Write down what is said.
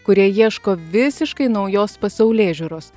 kurie ieško visiškai naujos pasaulėžiūros